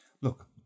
Look